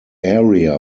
area